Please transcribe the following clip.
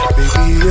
Baby